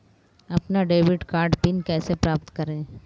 अपना debit card PIN कैसे प्राप्त करें?